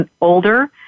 older